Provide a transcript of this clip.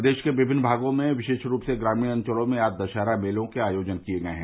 प्रदेश के विमिन्न भागों में विशेष रूप से ग्रामीण अंचलों में आज दशहरा मेलों के आयोजन किए गये हैं